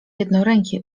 jednoręki